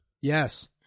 Yes